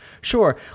sure